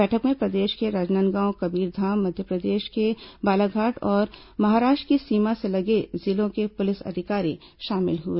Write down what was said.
बैठक में प्रदेश के राजनांदगांव कबीरधाम मध्यप्रदेश को बालाघाट और महाराष्ट्र की सीमा से लगे जिलों के पुलिस अधिकारी शामिल हुए